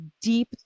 deep